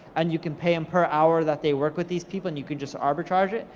and you can pay em per hour that they work with these people, and you can just arbicharge it.